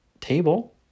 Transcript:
table